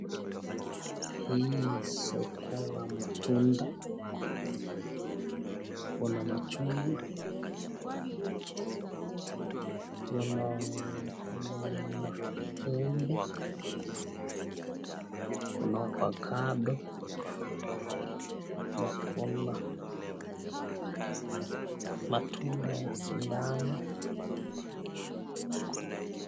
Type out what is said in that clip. Hii ni soko ya matunda. Kuna machungwa, kuna maembe, kuna avokado na kuna matunda ya sindano.